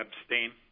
Abstain